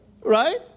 right